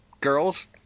girls